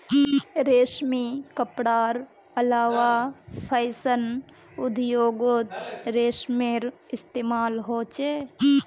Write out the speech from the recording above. रेशमी कपडार अलावा फैशन उद्द्योगोत रेशमेर इस्तेमाल होचे